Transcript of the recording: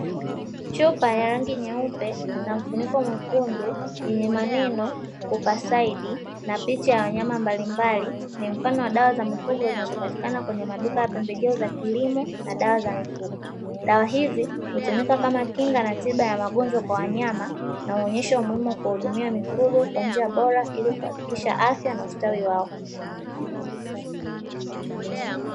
Chupa yenye rangi nyeupe na mfuniko mwekundu yenye maneno "kupacidi" na picha ya wanyama mbalimbali, ni mfano wa dawa za mifugo zinazopatikana kwenye maduka ya pembejeo za kilimo na dawa za mifugo. Dawa hizi hutumika kama kinga na tiba ya magonjwa kwa wanyama na waonyesha umuhimu kuwahudumia mifugo kwa njia bora ili kuhakikisha afya na ustawi wao.